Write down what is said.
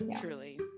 truly